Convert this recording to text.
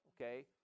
okay